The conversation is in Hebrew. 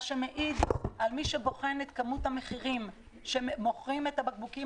מה שמעיד שמי שבוחן את המחירים של הבקבוקים